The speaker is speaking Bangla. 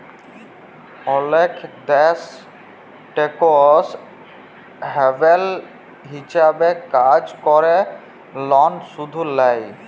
অলেক দ্যাশ টেকস হ্যাভেল হিছাবে কাজ ক্যরে লন শুধ লেই